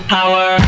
Power